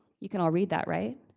you can all read that, right?